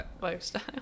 lifestyle